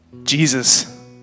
Jesus